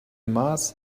mars